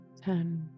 ten